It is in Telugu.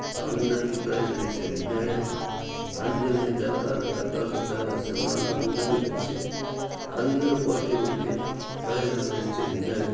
అందరికీ ప్రైసులిచ్చేది మేమే అందరినీ పిల్లకాయలు పెద్దలు పిల్లకాయలు పెద్దలు చిన్నోళ్ళు అందరినీ పిలిచి అందర్నీ పోటీ వదిలి ప్రైజులు ఇచ్చేది మేమే